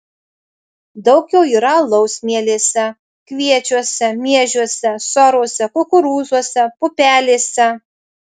daug jo yra alaus mielėse kviečiuose miežiuose sorose kukurūzuose pupelėse